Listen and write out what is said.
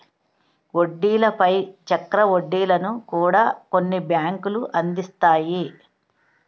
వడ్డీల పై చక్ర వడ్డీలను కూడా కొన్ని బ్యాంకులు అందిస్తాయి